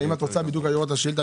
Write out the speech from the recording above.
אם את רוצה לראות בדיוק את השאילתה,